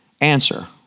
Answer